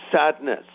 sadness